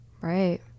Right